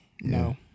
No